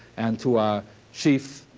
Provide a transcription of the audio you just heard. and to our chief